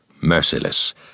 merciless